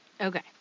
Okay